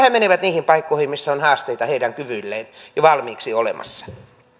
he menevät niihin paikkoihin missä on haasteita heidän kyvyilleen jo valmiiksi olemassa